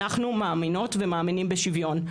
אנחנו מאמינות ומאמינים בשוויון,